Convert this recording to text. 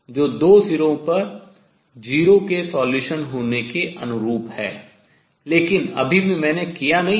जो दो सिरों पर 0 के solution हल होने के अनुरूप है लेकिन अभी भी मैंने किया नहीं है